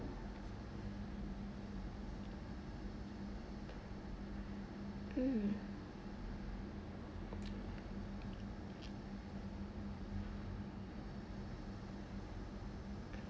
mm